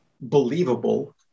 believable